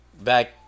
back